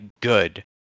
good